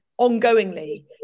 ongoingly